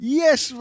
yes